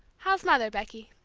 how's mother, becky?